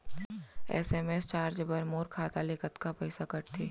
SMS charge बर मोर खाता ले कतका पइसा कटथे?